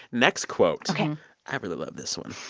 next quote ok i really love this one.